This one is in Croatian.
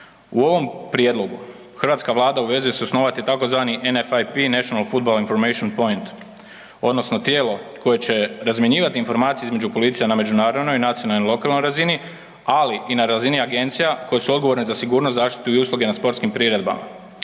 U ovom prijedlogu hrvatska Vlada obvezuje se osnovati tzv. NFIPs national football information points odnosno tijelo koje će razmjenjivati informacije između policija na međunarodnoj, nacionalnoj i lokalnoj razini, ali i na razini agencija koje su odgovorene za sigurnost zaštite i usluga na sportskim priredbama.